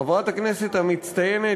חברת הכנסת המצטיינת,